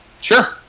Sure